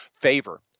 favor